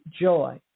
joy